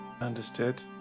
Understood